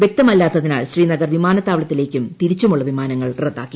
വ്യക്തമല്ലാത്തിനാൽ ശ്രീനഗർ ത്മപാത വിമാനത്താവളത്ത കും തിരിച്ചുമുള്ള വിമാനങ്ങൾ റദ്ദാക്കി